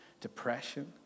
depression